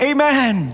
Amen